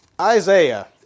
Isaiah